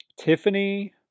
Tiffany